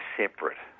separate